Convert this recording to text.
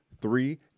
three